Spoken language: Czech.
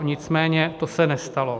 Nicméně to se nestalo.